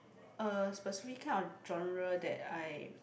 a specific kind of genre that I